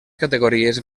categories